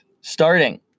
Starting